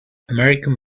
american